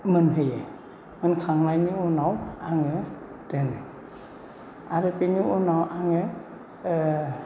मोनहोयो मोनखांनायनि उनाव आङो दोनो आरो बेनि उनाव आङो